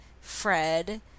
Fred